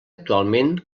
actualment